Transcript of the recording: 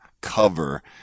cover